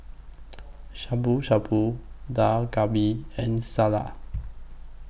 Shabu Shabu Dak Galbi and Salsa